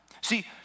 See